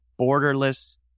borderless